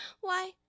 Why